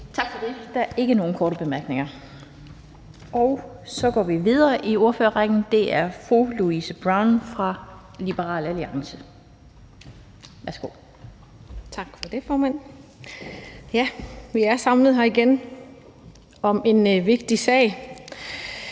Tak for det. Der er ikke nogen korte bemærkninger. Så går vi videre i ordførerrækken til fru Louise Brown fra Liberal Alliance. Værsgo. Kl. 20:41 (Ordfører) Louise Brown (LA): Tak for det, formand. Vi er samlet her igen om en vigtig sag.